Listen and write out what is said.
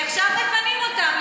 כי עכשיו מפנים אותם.